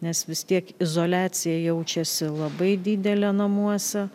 nes vis tiek izoliacija jaučiasi labai didelė namuose